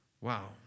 Wow